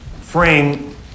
frame